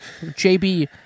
JB